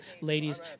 ladies